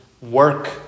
work